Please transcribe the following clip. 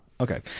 Okay